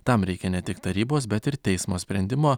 tam reikia ne tik tarybos bet ir teismo sprendimo